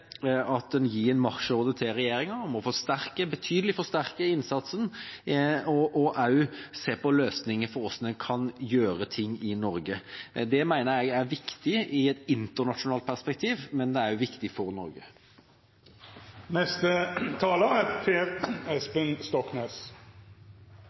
at en gir en marsjorde til regjeringa om å betydelig forsterke innsatsen og også se på løsninger for hvordan en kan gjøre ting i Norge. Det mener jeg er viktig i et internasjonalt perspektiv, men det er også viktig for